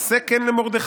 "ועשה כן למרדכי".